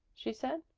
she said.